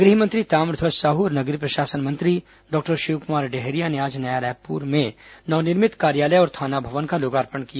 गृह मंत्री ताम्रध्वज साहू और नगरीय प्रशासन मंत्री डॉ शिवकुमार डहरिया ने आज नवा रायपुर में नवनिर्मित कार्यालय और थाना भवन का लोकार्पण किया